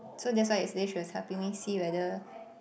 so that's why yesterday she was helping me see whether